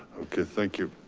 okay, thank you.